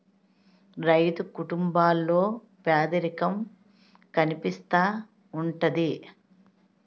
రైతు కుటుంబాల్లో పేదరికం కనిపిస్తా ఉంటది